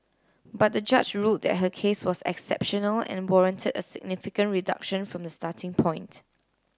but the judge ruled that her case was exceptional and warranted a significant reduction from the starting point